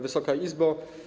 Wysoka Izbo!